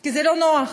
כי זה לא נוח.